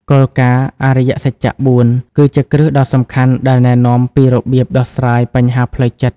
គោលការណ៍ អរិយសច្ច ៤ គឺជាគ្រឹះដ៏សំខាន់ដែលណែនាំពីរបៀបដោះស្រាយបញ្ហាផ្លូវចិត្ត។